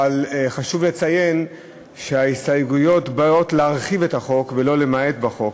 אבל חשוב לציין שההסתייגויות באות להרחיב את החוק ולא למעט בחוק.